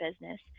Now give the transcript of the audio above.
business